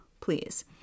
please